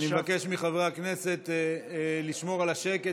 אני מבקש מחברי הכנסת לשמור על השקט